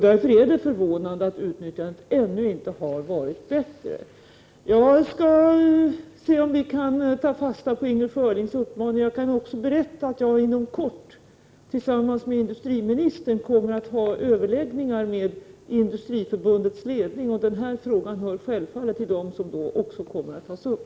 Därför är det förvånande att utnyttjandet ännu inte har varit bättre. Jag skall se om vi kan ta fasta på Inger Schörlings uppmaning. Jag kan också berätta att jag inom kort tillsammans med industriministern kommer att ha överläggningar med Industriförbundets ledning. Denna fråga hör självfallet till de frågor som då kommer att tas upp.